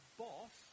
boss